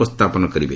ଉପସ୍ଥାପନ କରିବେ